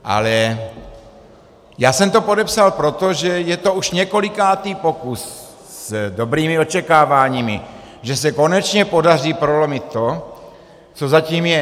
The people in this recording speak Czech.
Ale já jsem to podepsal proto, že je to už několikátý pokus s dobrými očekáváními, že se konečně podaří prolomit to, co zatím je.